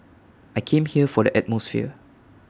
I came here for the atmosphere